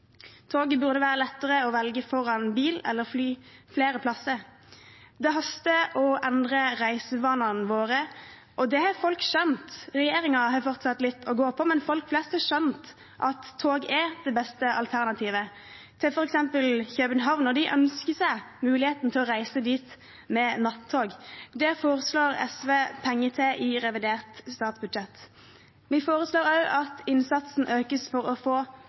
Toget burde være lettere å velge foran bil eller fly flere plasser. Det haster å endre reisevanene våre, og det har folk skjønt. Regjeringen har fortsatt litt å gå på, men folk flest har skjønt at tog er det beste alternativet til f.eks. København, og de ønsker seg muligheten til å reise dit med nattog. Det foreslår SV penger til i revidert statsbudsjett. Vi foreslår også at innsatsen økes for å få